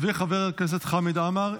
חבר הכנסת חמד עמאר,